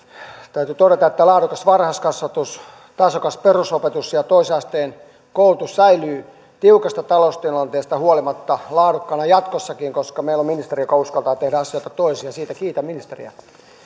täytyy todeta että laadukas varhaiskasvatus tasokas perusopetus ja ja toisen asteen koulutus säilyy tiukasta taloustilanteesta huolimatta laadukkaana jatkossakin koska meillä on ministeri joka uskaltaa tehdä asioita toisin ja siitä kiitän ministeriä